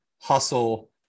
hustle